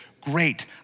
great